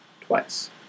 twice